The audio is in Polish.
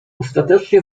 ostatecznie